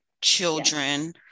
children